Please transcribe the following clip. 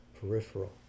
peripheral